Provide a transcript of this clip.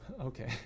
okay